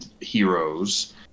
heroes